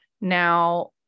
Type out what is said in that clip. Now